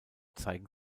zeigen